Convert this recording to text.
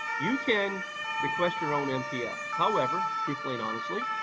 you can request your own mpf, however, truthfully and honestly,